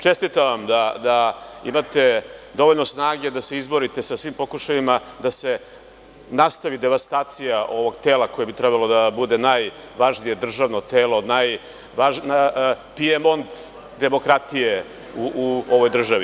Čestitam vam da imate dovoljno snage da se izborite sa svim pokušajima da se nastavi devastacija ovog tela koje bi trebalo da bude najvažnije državno telo, pijemont demokratije u ovoj državi.